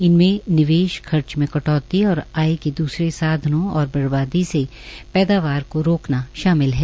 इनमें निवेश खर्च में कटौती और आय के दूसरे साधनों और बर्बादी से पैदावर को रोकना शामिल है